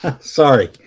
sorry